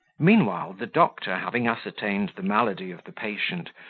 meanwhile, the doctor having ascertained the malady of the patient,